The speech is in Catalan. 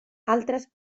altres